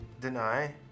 deny